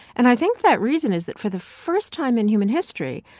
and i think that reason is that for the first time in human history,